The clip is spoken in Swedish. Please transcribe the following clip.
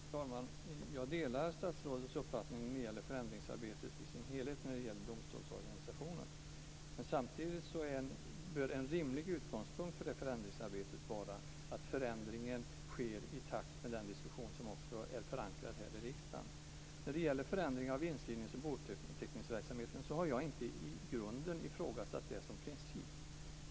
Fru talman! Jag delar statsrådets uppfattning när det gäller förändringsarbetet i dess helhet avseende domstolsorganisationen. Men samtidigt bör en rimlig utgångspunkt för det förändringsarbetet vara att förändringen sker i takt med den diskussion som är förankrad här i riksdagen. Förändringar av inskrivnings och bouppteckningsverksamheten har jag inte i grunden ifrågasatt som princip.